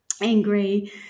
angry